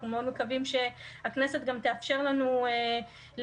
אנחנו מאוד מקווים שהכנסת גם תאפשר לנו לקדם